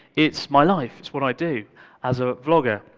it's my life it's what i do as a vlogger.